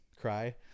cry